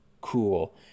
Cool